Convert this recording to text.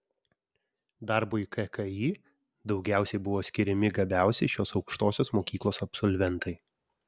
darbui kki daugiausiai buvo skiriami gabiausi šios aukštosios mokyklos absolventai